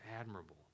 admirable